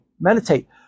meditate